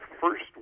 first